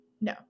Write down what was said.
No